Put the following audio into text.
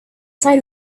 side